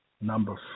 Number